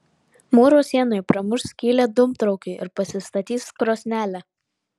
mūro sienoje pramuš skylę dūmtraukiui ir pasistatys krosnelę